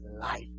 life